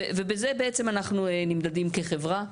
בזה בעצם אנחנו נמדדים כחברה,